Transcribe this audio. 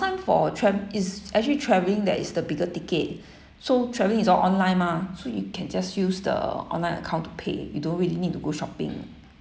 time for trav~ is actually travelling that is the bigger ticket so travelling is all online mah so you can just use the online account to pay you don't really need to go shopping